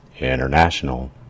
International